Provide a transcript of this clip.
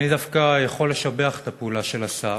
אני דווקא יכול לשבח את הפעולה של השר,